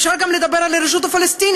אפשר גם לדבר על הרשות הפלסטינית,